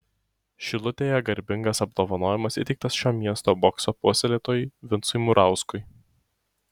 šilutėje garbingas apdovanojimas įteiktas šio miesto bokso puoselėtojui vincui murauskui